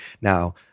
Now